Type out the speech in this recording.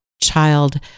child